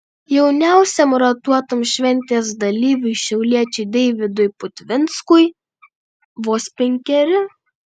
jauniausiam ratuotam šventės dalyviui šiauliečiui deividui putvinskui vos penkeri